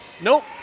Nope